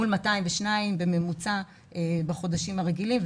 מול 202 בממוצע בחודשים הרגילים.